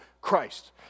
Christ